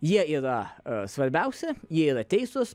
jie yra svarbiausi jie yra teisūs